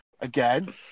again